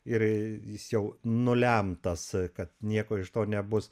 ir jis jau nulemtas kad nieko iš to nebus